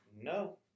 no